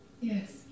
Yes